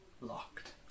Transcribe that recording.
locked